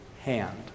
hand